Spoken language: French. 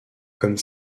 comme